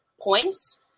points